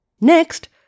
Next